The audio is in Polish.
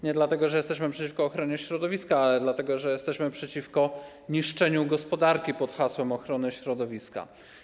Nie dlatego, że jesteśmy przeciwko ochronie środowiska, ale dlatego, że jesteśmy przeciwko niszczeniu gospodarki pod hasłem ochrony środowiska.